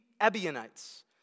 Ebionites